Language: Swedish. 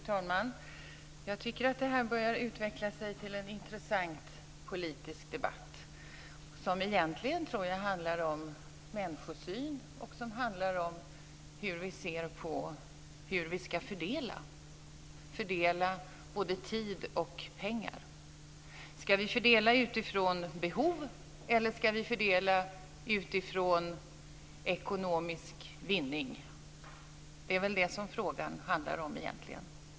Fru talman! Jag tycker att det här börjar utveckla sig till en intressant politisk debatt som jag egentligen tror handlar om människosyn och om hur vi ser på hur vi ska fördela både tid och pengar. Ska vi fördela utifrån behov eller utifrån ekonomisk vinning? Det är väl det som frågan handlar om egentligen.